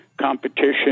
competition